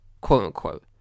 quote-unquote